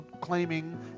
claiming